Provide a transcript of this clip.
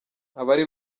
abari